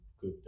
good